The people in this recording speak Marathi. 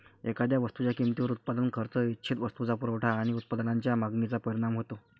एखाद्या वस्तूच्या किमतीवर उत्पादन खर्च, इच्छित वस्तूचा पुरवठा आणि उत्पादनाच्या मागणीचा परिणाम होतो